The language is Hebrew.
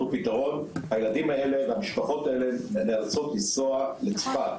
לא נתנו פתרון הילדים האלה והמשפחות האלה נאלצים לנסוע לצפת.